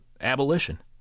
abolition